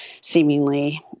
seemingly